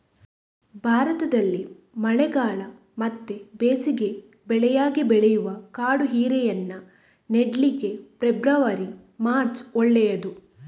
ಭಾರತದಲ್ಲಿ ಮಳೆಗಾಲ ಮತ್ತೆ ಬೇಸಿಗೆ ಬೆಳೆಯಾಗಿ ಬೆಳೆಯುವ ಕಾಡು ಹೀರೆಯನ್ನ ನೆಡ್ಲಿಕ್ಕೆ ಫೆಬ್ರವರಿ, ಮಾರ್ಚ್ ಒಳ್ಳೇದು